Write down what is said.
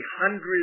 hundreds